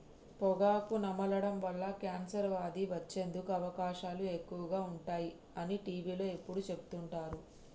పొగాకు నమలడం వల్ల కాన్సర్ వ్యాధి వచ్చేందుకు అవకాశాలు ఎక్కువగా ఉంటాయి అని టీవీలో ఎప్పుడు చెపుతుంటారు